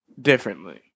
differently